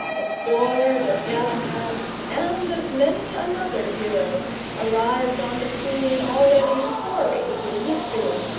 the sword of galahad and of many another hero arrived on the scene already hoary with history,